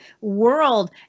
world